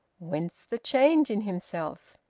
whence the change in himself?